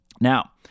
Now